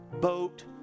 boat